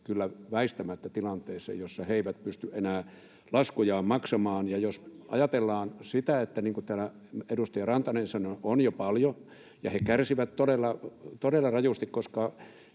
kyllä väistämättä tilanteeseen, jossa he eivät pysty enää laskujaan maksamaan. [Mari Rantanen: On jo!] — Niin kuin täällä edustaja Rantanen sanoi, heitä on jo paljon, ja he kärsivät todella rajusti, koska